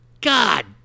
God